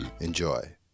Enjoy